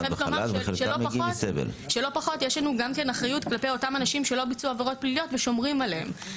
יש לנו גם אחריות כלפי אותם שלא ביצעו עבירות פליליות ושומרים עליהם.